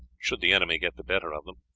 should the enemy get the better of them.